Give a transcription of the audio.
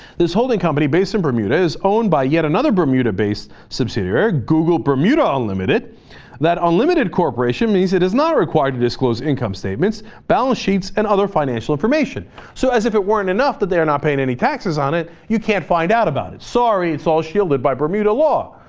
this holding company based in bermuda is owned by yet another bermuda-based subsidiary google bermuda limited that unlimited corporation is it is not required to disclose income statements balance sheets and other financial information so as if it weren't enough that they're not paying any taxes on it you can't find out about it sorry it's all shielded by bermuda law